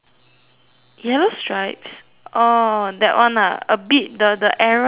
yellow stripes oh that one ah a bit the the error ah ya have ah